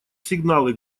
сигналы